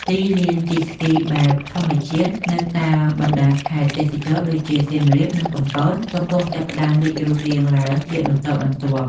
ទីលានជិះស្គីបែបធម្មជាតិនៅតាមបណ្ដាខេត្តទេសចរណ៍ដូចជា សៀមរាប និងកំពត កំពុងចាប់ផ្ដើមលេចរូបរាងឡើងជាបន្តបន្ទាប់។